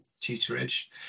tutorage